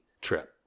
trip